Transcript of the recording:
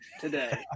today